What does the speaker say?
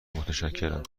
متشکرم